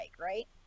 right